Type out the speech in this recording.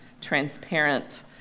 transparent